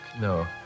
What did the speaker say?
no